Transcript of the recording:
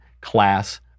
class